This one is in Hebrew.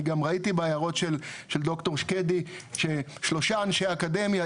אני גם ראיתי בהערות של ד"ר שקדי ששלושה אנשי אקדמיה,